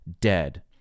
dead